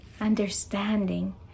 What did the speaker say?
understanding